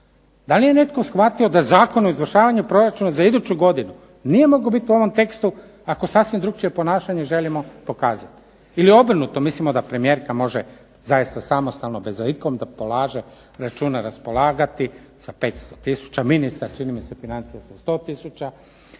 Da li je netko shvatio da Zakon o izvršavanju proračuna za iduću godinu nije mogao biti u onom tekstu ako sasvim drukčije ponašanje želimo pokazati. Ili obrnuto mislimo da premijerka može zaista samostalno bez da ikom polaže račune raspolagati sa 500 tisuća, ministar čini mi se financija sa 100 tisuća,